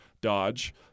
dodge